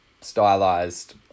stylized